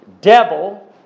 devil